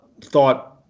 thought